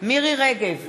מירי רגב,